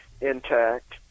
intact